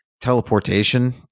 teleportation